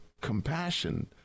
compassion